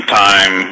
time